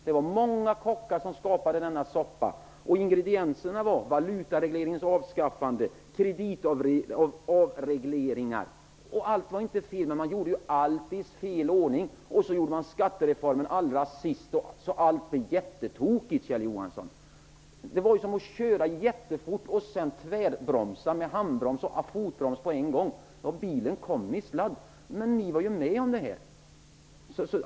Det var många kockar som skapade denna soppa. Ingredienserna var bl.a. valutaregleringens avskaffande och kreditavregleringar. Allt var inte fel, men man gjorde det i fel ordning. Skattereformen genomförde man allra sist, så att allt blev jättetokigt! Det var som att köra väldigt fort och sedan tvärbromsa med handbroms och fotbroms på en gång. Bilen kom i sladd. Ni var ju med om detta.